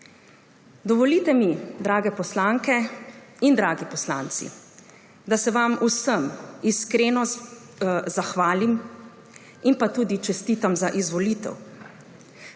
Dovolite mi, drage poslanke in dragi poslanci, da se vam vsem iskreno zahvalim in vam tudi čestitam za izvolitev.